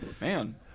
man